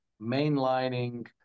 mainlining